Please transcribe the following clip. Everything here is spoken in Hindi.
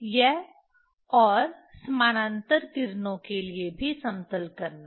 यह और समानांतर किरणों के लिए भी समतल करना